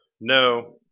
No